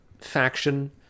faction